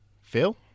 Phil